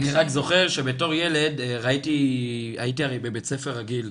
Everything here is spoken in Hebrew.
אני רק זוכר הייתי הרי בבית ספר רגיל,